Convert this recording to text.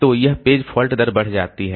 तो यह page fault दर बढ़ जाती है